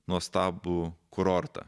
nuostabų kurortą